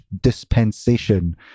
dispensation